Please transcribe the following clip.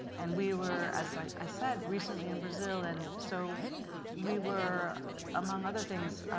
and we were, as i said, recently in brazil and so we were among other things